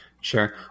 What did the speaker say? Sure